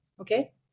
Okay